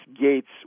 Gates